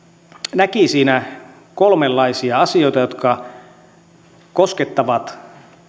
näki siinä kolmenlaisia asioita jotka koskettavat